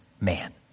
man